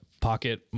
pocket